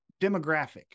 demographic